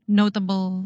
notable